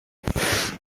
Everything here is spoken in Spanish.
tres